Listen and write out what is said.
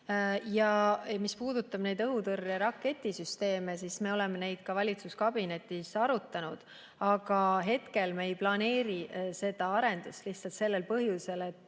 Mis puudutab õhutõrje raketisüsteeme, siis me oleme seda valitsuskabinetis arutanud, aga hetkel me ei planeeri seda arendust lihtsalt sellel põhjusel, et